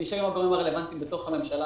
נשב עם הגורמים הרלוונטיים בתוך המנשלה,